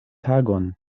tagon